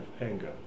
anger